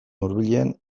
hurbilean